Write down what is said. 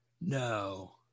No